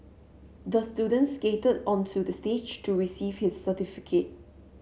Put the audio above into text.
the student skated onto the stage to receive his certificate